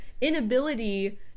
inability